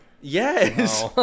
Yes